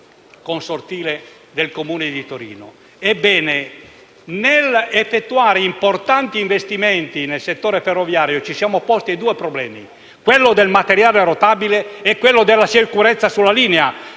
nell'effettuare importanti investimenti nel settore ferroviario ci siamo posti due problemi: quello del materiale rotabile e quello della sicurezza sulla linea.